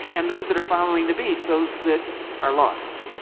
and those that are following the beast, those that are lost.